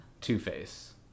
two-face